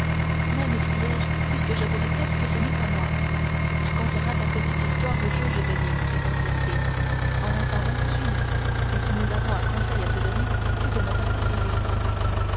mais m'écriai-je puisque je vous répète que ce n'est pas moi tu conteras ta petite histoire aux juges de nîmes répondirent-ils en attendant suis-nous et si nous avons un conseil à te donner c'est de ne pas faire résistance